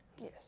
Yes